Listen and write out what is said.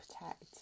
protect